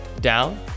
down